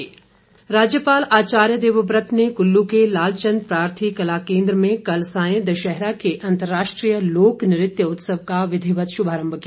राज्यपाल राज्यपाल आचार्य देवव्रत ने कुल्लू के लालचंद प्रार्थी कला केंद्र में कल सायं दशहरा के अंतर्राष्ट्रीय लोक नृत्य उत्सव का विधिवत श्भारंभ किया